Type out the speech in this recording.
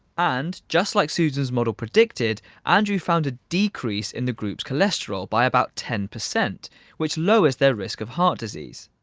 and just like susan's model predicted andrew found a decrease in the group's cholesterol by about ten percent which lowers their risk of heart disease.